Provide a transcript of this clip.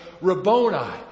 Rabboni